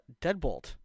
Deadbolt